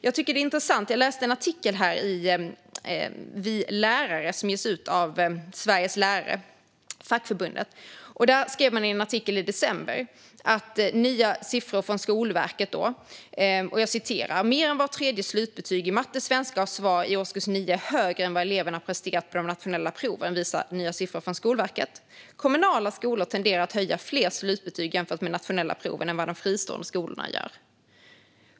Jag läste en artikel från december i Vi Lärare som ges ut av fackförbundet Sveriges Lärare. Där skrev man om nya siffror från Skolverket: "Mer än vart tredje slutbetyg i matte, svenska och sva i årskurs 9 är högre än vad eleverna har presterat på de nationella proven, visar nya siffror från Skolverket. Kommunala skolor tenderar att höja fler slutbetyg jämfört med NP-betygen än vad de fristående skolorna gör."